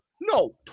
No